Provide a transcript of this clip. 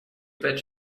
bet